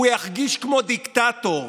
הוא ירגיש כמו דיקטטור.